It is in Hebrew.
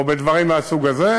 או בדברים מהסוג הזה,